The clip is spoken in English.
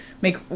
make